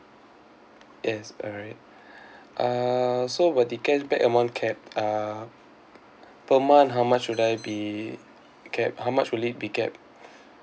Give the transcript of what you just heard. yes alright uh so while the cashback amount cap uh per month how much would I be cap how much would it be cap